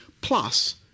plus